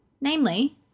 Namely